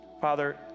Father